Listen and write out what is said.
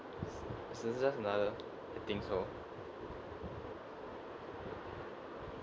this is just another I think so